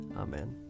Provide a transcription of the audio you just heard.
Amen